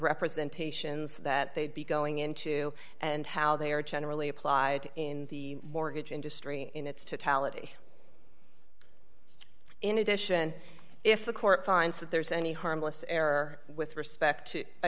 representations that they'd be going into and how they are generally applied in the mortgage industry in its totality in addition if the court finds that there's any harmless error with respect to i